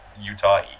Utah